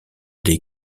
des